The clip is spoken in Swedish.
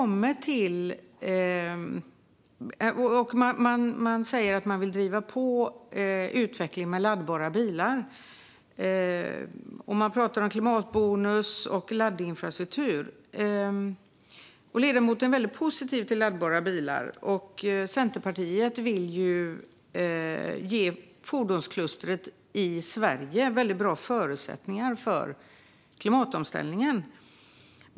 Man säger att man vill driva på utvecklingen med laddbara bilar, och man pratar om klimatbonus och laddinfrastruktur. Ledamoten är väldigt positiv till laddbara bilar, och Centerpartiet vill ge fordonsklustret i Sverige bra förutsättningar för klimatomställningen.